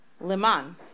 Liman